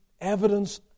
evidence